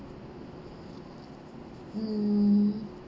mm